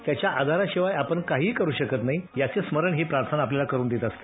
त्याच्या आधाराशिवाय आपण काहीही करू शकत नाही याचं स्मरण ही प्रार्थना आपल्याला करून देत असते